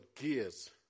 gears